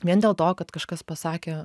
vien dėl to kad kažkas pasakė